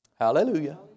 Hallelujah